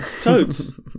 Toads